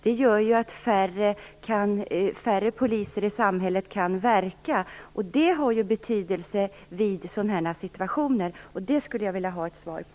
Det gör att färre poliser i samhället kan verka, och det har ju betydelse vid sådana här situationer. Det skulle jag vilja få ett svar på.